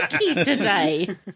today